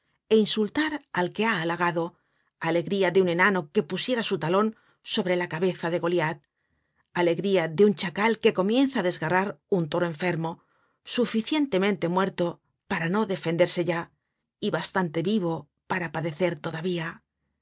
é insultar al que ha halagado alegría de un enano que pusiera su talon sobre la cabeza de goliat alegría de un chacal que comienza á desgarrar un toro enfermo suficientemente muerto para no defenderse ya y bastante vivo para padecer todavía